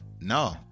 no